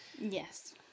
Yes